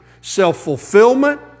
self-fulfillment